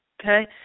okay